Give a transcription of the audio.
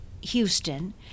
Houston